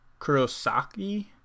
Kurosaki